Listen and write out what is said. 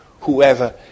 whoever